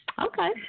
Okay